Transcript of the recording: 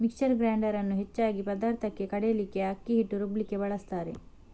mixer grinder ಅನ್ನು ಹೆಚ್ಚಾಗಿ ಪದಾರ್ಥಕ್ಕೆ ಕಡೀಲಿಕ್ಕೆ, ಅಕ್ಕಿ ಹಿಟ್ಟು ರುಬ್ಲಿಕ್ಕೆ ಬಳಸ್ತಾರೆ